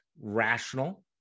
rational